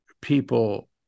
people